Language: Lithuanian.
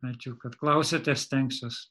ačiū kad klausiate stengsiuos